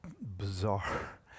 bizarre